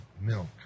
milk